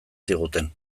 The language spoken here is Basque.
ziguten